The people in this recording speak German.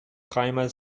dreimal